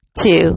two